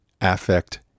affect